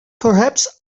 perhaps